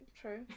true